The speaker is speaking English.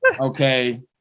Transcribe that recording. Okay